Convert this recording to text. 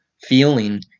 feeling